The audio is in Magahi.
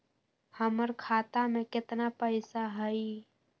हमर खाता में केतना पैसा हई?